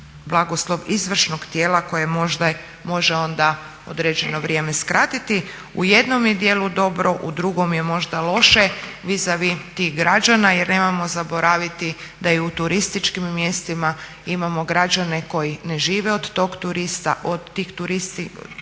blagoslov izvršnog tijela koje možda može onda određeno vrijeme skratiti. U jednom je djelu dobro u drugom je možda loše, vizavi tih građana jer nemojmo zaboraviti da je i u turističkim mjestima imamo građane koji ne žive od tih turista kojima itekako